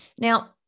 Now